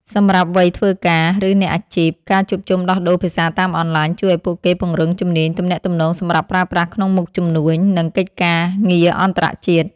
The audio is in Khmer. សម្រាប់វ័យធ្វើការ ឬអ្នកអាជីព ការជួបជុំដោះដូរភាសាតាមអនឡាញជួយឱ្យពួកគេពង្រឹងជំនាញទំនាក់ទំនងសម្រាប់ប្រើប្រាស់ក្នុងមុខជំនួញ និងកិច្ចការងារអន្តរជាតិ។